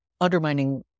Undermining